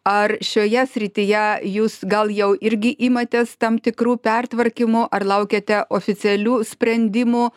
ar šioje srityje jūs gal jau irgi imatės tam tikrų pertvarkymų ar laukiate oficialių sprendimų